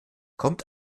kommt